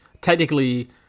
technically